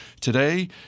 Today